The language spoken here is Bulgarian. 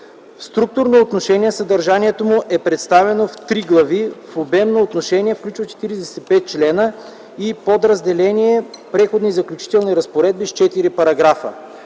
структурно отношение съдържанието му е представено в три глави, в обемно отношение включва 45 члена и подразделение Преходни и заключителни разпоредби с 4 параграфа.